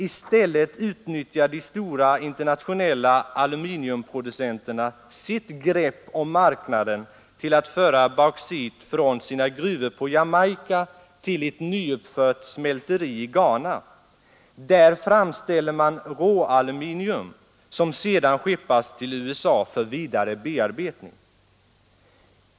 I stället utnyttjar de stora internationella aluminiumproducenterna sitt grepp om marknaden till att föra bauxit från sina gruvor på Jamaica till ett nyuppfört smälteri i Ghana. Där framställer man råaluminium som sedan skeppas till USA för vidare bearbetning.